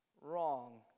Wrong